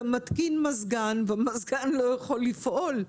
אתה מתקין מזגן, והמזגן לא יכול לפעול.